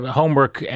homework